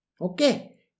Okay